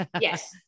Yes